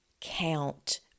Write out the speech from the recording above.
Count